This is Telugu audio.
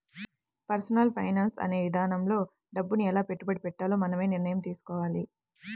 పర్సనల్ ఫైనాన్స్ అనే ఇదానంలో డబ్బుని ఎలా పెట్టుబడి పెట్టాలో మనమే నిర్ణయం తీసుకోవాలి